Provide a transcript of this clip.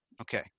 okay